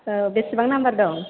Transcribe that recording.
औ बेसेबां नाम्बार दं